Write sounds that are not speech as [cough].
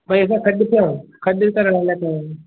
भई असां गॾु थियूं गॾु [unintelligible]